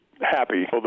happy